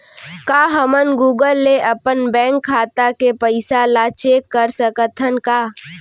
का हमन गूगल ले अपन बैंक खाता के पइसा ला चेक कर सकथन का?